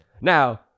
now